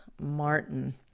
Martin